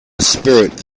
spirit